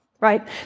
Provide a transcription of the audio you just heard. right